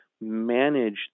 manage